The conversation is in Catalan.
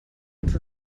els